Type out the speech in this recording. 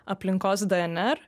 aplinkos dnr